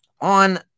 on